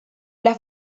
las